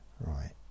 Right